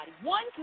one